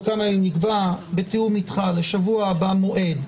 כמה ימים נקבע בתיאום איתך בשבוע הבא מועד,